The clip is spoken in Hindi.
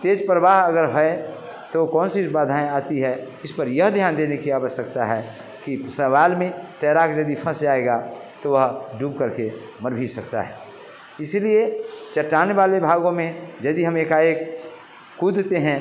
तेज़ प्रवाह अगर है तो कौन सी बाधाएं आती है इस पर यह ध्यान देने की आवश्कता है कि सवाल में तैराक यदि फंस जाएगा तो वह डूब करके मर भी सकता है इसलिए चट्टानें वाले भागों में यदि हम एकाएक कूदते हैं